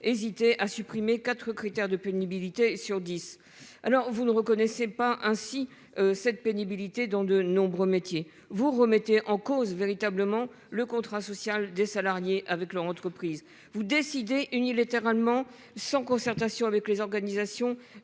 hésité à supprimer 4 critères de pénibilité sur 10. Alors vous ne reconnaissait pas ainsi cette pénibilité dans de nombreux métiers, vous remettez en cause véritablement le contrat social des salariés avec leur entreprise vous décider unilatéralement, sans concertation avec les organisations